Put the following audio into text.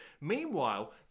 Meanwhile